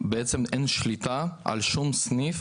אין שליטה על שום סניף,